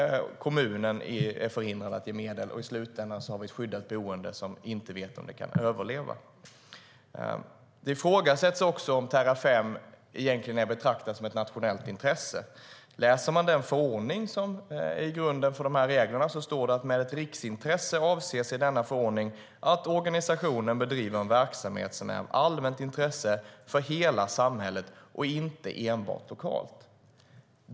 Kommunen är förhindrad att ge medel. I slutändan har vi ett skyddat boende som inte vet om det kan överleva. Det ifrågasätts också om Terrafem egentligen är att betrakta som ett nationellt intresse. Läser man den förordning som är grunden för reglerna står det: "Med ett riksintresse avses i denna förordning att organisationen bedriver en verksamhet som är av allmänt intresse för hela samhället och inte enbart lokalt."